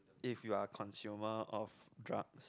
if you are consumer of drugs